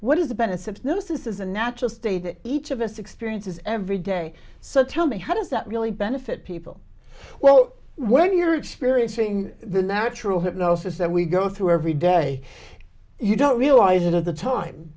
what is the benefits knows this is a natural state that each of us experiences every day so tell me how does that really benefit people well when you're experiencing the natural hypnosis that we go through every day you don't realize it at the t